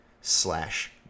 slash